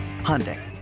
Hyundai